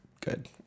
good